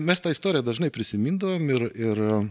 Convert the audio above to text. mes tą istoriją dažnai prisimindavom ir ir